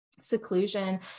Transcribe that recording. seclusion